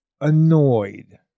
annoyed